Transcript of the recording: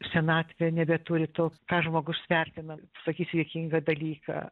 senatvė nebeturi to ką žmogus vertina sakysi juokingą dalyką